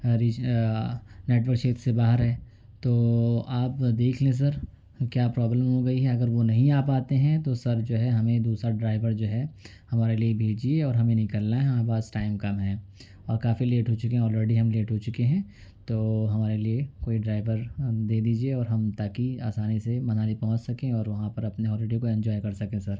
reach network چھیتر سے باہر ہے تو آپ دیکھ لیں سر کیا پرابلم ہو گئی ہے اگر وہ نہیں آ پاتے ہیں تو سر جو ہے ہمیں دوسرا ڈرائیور جو ہے ہمارے لیے بھیجیے اور ہمیں نکلنا ہے ہمارے پاس ٹائم کم ہے اور کافی لیٹ ہو چکے ہیں آل ریڈی ہم لیٹ ہو چکے ہیں تو ہمارے لیے کوئی ڈرائیور دے دیجیے اور ہم تاکہ آسانی سے منالی پہنچ سکیں اور وہاں پر اپنے ہالی ڈے کو انجوائے کر سکیں سر